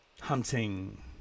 hunting